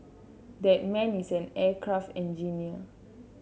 that man is an aircraft engineer